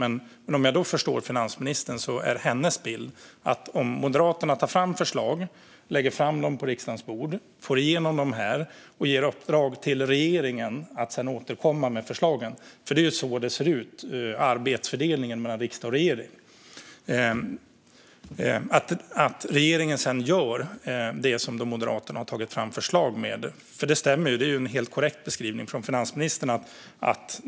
Men nu förstår jag att finansministerns bild är denna: Om Moderaterna tar fram förslag, lägger dem på riksdagens bord och får igenom dem och riksdagen ger uppdrag till regeringen att återkomma med anledning av förslagen - det är så arbetsfördelningen mellan riksdag och regering ser ut - gör regeringen sedan det som Moderaterna har föreslagit. Det stämmer ju. Det är en helt korrekt beskrivning från finansministern.